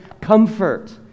comfort